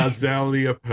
Azalea